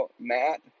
Matt